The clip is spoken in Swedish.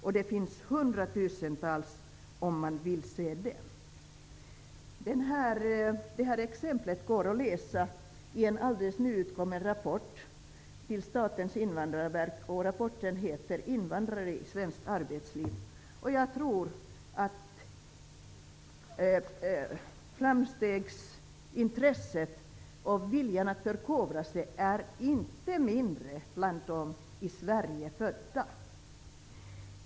Sådana löntagare finns det hundratusentals av, om man bara vill se dem. Jag tror att framstegsintresset och viljan att förkovra sig inte är mindre bland dem som är födda i Sverige.